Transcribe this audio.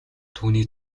түүний